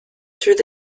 through